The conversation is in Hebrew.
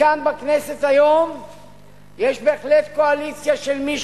כאן בכנסת היום יש בהחלט קואליציה של מי